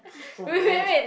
oh man